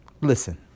Listen